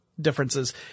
differences